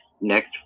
next